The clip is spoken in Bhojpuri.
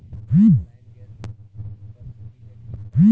आनलाइन गैस बुक कर सकिले की?